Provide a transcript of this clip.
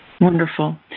Wonderful